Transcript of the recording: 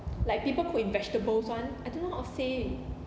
like people cook in vegetables [one] I don't know how to say